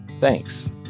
Thanks